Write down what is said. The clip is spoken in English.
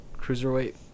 cruiserweight